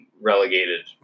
relegated